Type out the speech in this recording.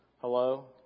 Hello